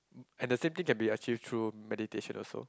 and the same thing can be achieved through meditation also